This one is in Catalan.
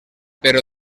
però